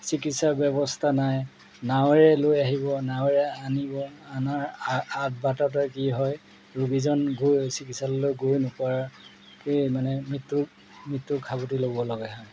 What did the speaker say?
চিকিৎসাৰ ব্যৱস্থা নাই নাঁৱেৰে লৈ আহিব নাঁৱৰে আনিব অনাৰ আগবাটতে কি হয় ৰোগীজন গৈ চিকিৎসালয়লৈ গৈ নোপোৱাতেই মানে মৃত্যু মৃত্যুক সাৱটি ল'বলগা হয়